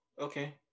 Okay